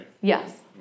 yes